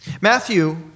Matthew